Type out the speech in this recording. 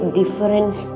difference